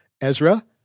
Ezra